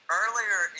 earlier